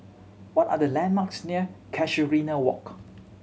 what are the landmarks near Casuarina Walk